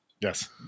Yes